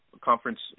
Conference